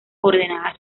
ordenadas